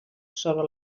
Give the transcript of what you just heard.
sobre